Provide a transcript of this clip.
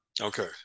Okay